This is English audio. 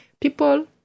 people